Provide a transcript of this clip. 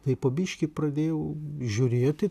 tai po biškį pradėjau žiūrėti